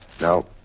No